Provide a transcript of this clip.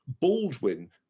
Baldwin